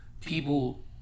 People